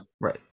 Right